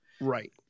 Right